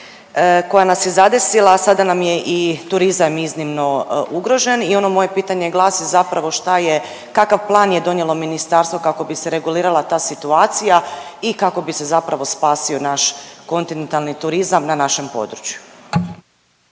koja nas je zadesila, a sada nam je i turizam iznimno ugrožen i ono moje pitanje glasi zapravo šta je kakav plan je donijelo ministarstvo kako bi se regulirala ta situacija i kako bi se zapravo spasio naš kontinentalni turizam na našem području?